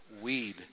weed